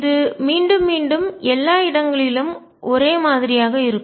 இது மீண்டும் மீண்டும் எல்லா இடங்களிலும் ஒரே மாதிரியாக இருக்கும்